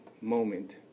moment